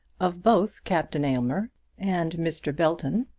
of both captain aylmer and mr. belton.